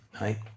right